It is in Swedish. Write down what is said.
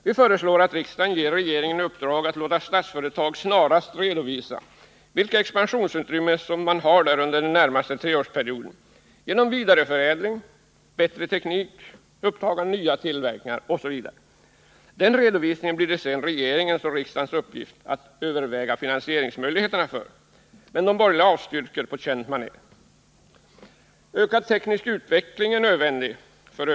Vi föreslår att riksdagen ger regeringen i uppdrag att låta Statsföretag snarast redovisa vilka expansionsutrymmen man genom vidareförädling, bättre teknik, upptagande av nya tillverkningar etc. har under den närmaste treårsperioden. Sedan blir det regeringens och riksdagens uppgift att överväga finansieringsmöjligheterna för genomförandet av de i redovisningen upptagna åtgärderna. Men de borgerliga avstyrker på känt manér detta förslag.